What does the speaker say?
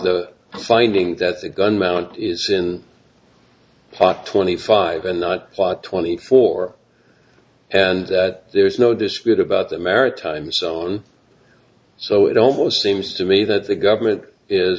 the finding that the gun mount is in part twenty five and not plot twenty four and that there's no dispute about that maritime so so it almost seems to me that the government is